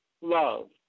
love